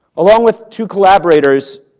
along with two collaborators,